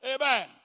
Amen